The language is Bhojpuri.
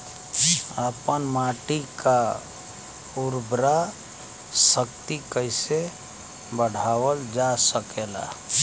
आपन माटी क उर्वरा शक्ति कइसे बढ़ावल जा सकेला?